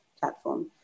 platform